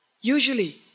Usually